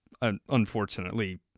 Unfortunately